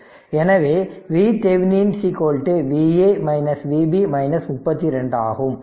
எனவே VThevenin Va Vb 32 ஆகும்